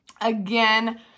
again